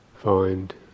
find